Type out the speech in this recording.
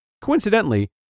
Coincidentally